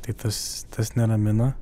tai tas tas neramina